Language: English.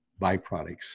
byproducts